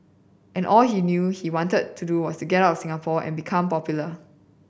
and all he knew he wanted to do was get out of Singapore and become popular